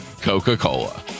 Coca-Cola